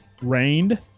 rained